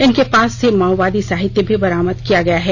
इनके पास से माओवादी साहित्य भी बरामद किया गया है